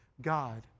God